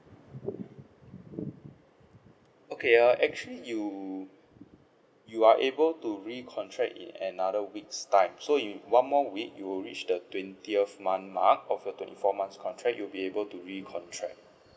okay uh actually you you are able to recontract in another week's time so in one more week you will reach the twentieth month mark of a twenty four months contract you'll be able to recontract